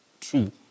two